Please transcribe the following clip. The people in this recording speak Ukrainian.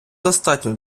достатньо